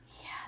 Yes